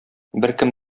беркем